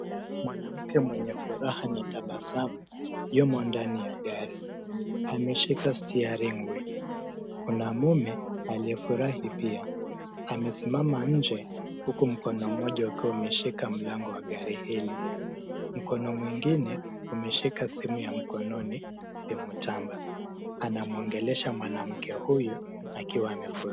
Mwanamke mwenye furaha na tabasamu yumo ndani ya gari, ameshika steering wheel . Kuna mume naye pia ame simama nje huku mkono moja ukiwa ume shika mlango wa gari hili, mkono mwingine una simu ya mkononi ni mtamba, ana muongelesha mwanamke huyu akiwa ame furahi.